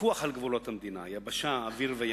פיקוח על גבולות המדינה, יבשה, אוויר וים,